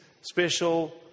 special